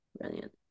Brilliant